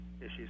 issues